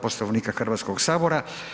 Poslovnika Hrvatskog sabora.